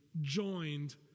joined